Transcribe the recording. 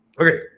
Okay